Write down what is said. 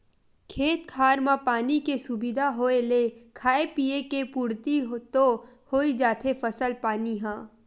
खेत खार म पानी के सुबिधा होय ले खाय पींए के पुरति तो होइ जाथे फसल पानी ह